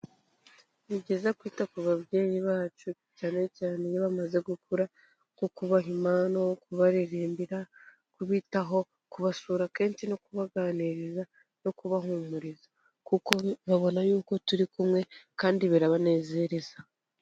Ni byiza kwita ku babyeyi, bacu cyane cyane iyo bamaze gukura nko kubaha impano, kubaririmbira, kubitaho, kubasura kenshi no kubaganiriza no kubahumuriza, kuko babona yuko turi kumwe kandi birabanezereza.